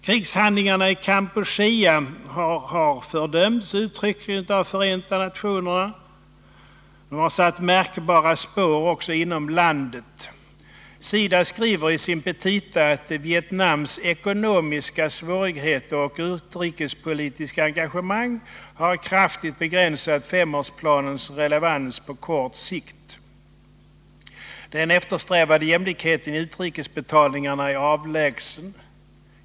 Krigshandlingarna i Kampuchea har uttryckligen fördömts av Förenta nationerna. De har satt märkbara spår också inom landet. SIDA skriveri sina petita att ”Vietnams ekonomiska svårigheter och utrikespolitiska engagemang har kraftigt begränsat femårsplanens relevans på kort sikt -—--. Den eftersträvade jämlikheten i utrikesbetalningarna är avlägsen.